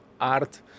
art